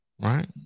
Right